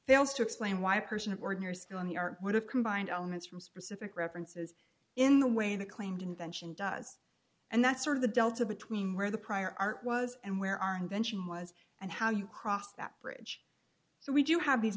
fails to explain why a person of ordinary skill in the art would have combined elements from specific references in the way the claimed invention does and that's sort of the delta between where the prior art was and where our invention was and how you cross that bridge so we do have these